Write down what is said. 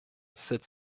sept